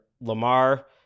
Lamar